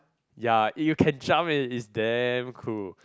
ya eh you can jump eh is damn cool